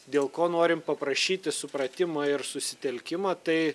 dėl ko norim paprašyti supratimo ir susitelkimo tai